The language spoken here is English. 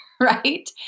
right